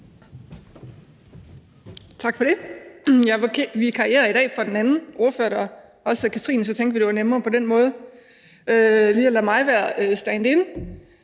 Tak for det. Jeg vikarierer i dag for vores anden ordfører, der også hedder Katrine, og så tænkte vi, at det var nemmere lige at lade mig være standin.